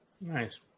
Nice